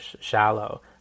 shallow